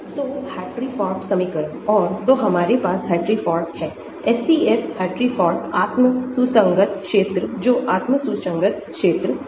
तो Hartree Fock समीकरण और तो हमारे पास हार्ट्री फॉक है SCF हार्ट्री फॉक आत्म सुसंगत क्षेत्र जो आत्म सुसंगत क्षेत्र है